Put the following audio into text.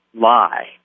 lie